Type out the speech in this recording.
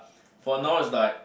for now is like